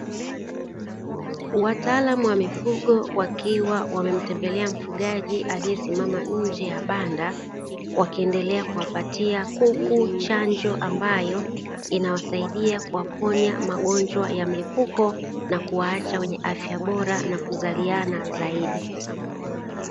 Wataalamu wa mifugo wakiwa wamtembela mfugaji aliyesimama nje ya banda, wakiendelea kuwapatia kuku chanjo ambayo inawasaidia kuwaponya magonjwa ya milipuko, kuwaacha wenye afya bora na kuzaliana zaidi.